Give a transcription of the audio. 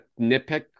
nitpick